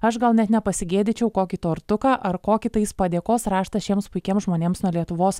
aš gal net ne pasigėdyčiau kokį tortuką ar kokį tais padėkos raštą šiems puikiems žmonėms nuo lietuvos